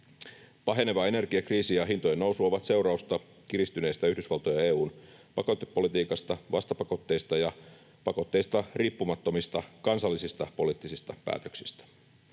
Paheneva energiakriisi ja hintojen nousu ovat seurausta kiristyneistä Yhdysvaltojen ja EU:n pakotepolitiikasta, vastapakotteista ja pakotteista riippumattomista kansallisista poliittisista päätöksistä.